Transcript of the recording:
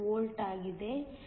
8936 volt ಆಗಿದೆ